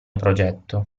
progetto